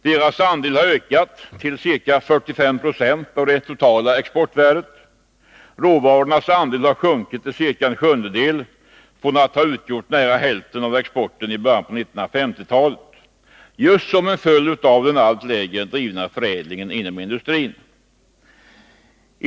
Deras andel har ökat till ca 45 90 av det totala exportvärdet. Råvarornas andel har sjunkit till ca en sjundedel från att ha utgjort nära hälften av exporten i början av 1950-talet — just som en följd av den allt längre drivna förädlingen inom industrin.